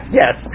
yes